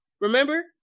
Remember